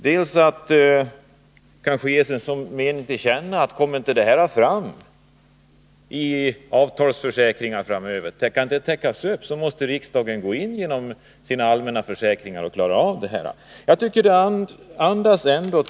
Riksdagen kunde kanske som sin mening ge till känna att om sådana skadefall det här gäller inte kan täckas upp genom ”avtalsförsäkringar” framöver, måste riksdagen gå in och klara problemet genom allmänna försäkringar.